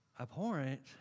Abhorrent